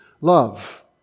love